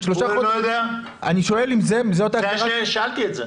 שלושה חודשים אני שואל אם זאת -- שאלתי את זה.